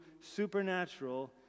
supernatural